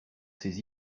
ses